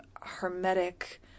hermetic